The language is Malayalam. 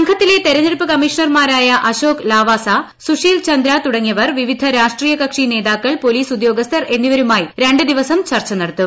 സംഘത്തിലെ തെരഞ്ഞെടുപ്പ് കമ്മീഷണർമാരായ അശോക് ലാവാസ സുഷീൽ ചന്ദ്ര തുടങ്ങിയവർ വിവിധ രാഷ്ട്രീയ കക്ഷിനേതാക്കൾ പോലീസ് ഉദ്യോഗസ്ഥർ എന്നിവരുമായി രണ്ട് ദിവസം ചർച്ച നടത്തും